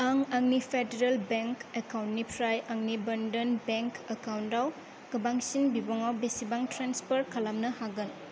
आं आंनि federal bank एकाउन्टनिफ्राय आंनि बनधन बेंक एकाउन्टआव गोबांसिन बिबाङाव बेसेबां ट्रेन्सफार खालामनो हागोन